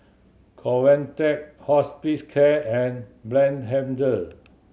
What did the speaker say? Convatec Hospicare and Blephagel